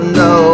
no